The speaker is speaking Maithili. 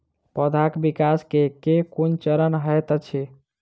पौधाक विकास केँ केँ कुन चरण हएत अछि?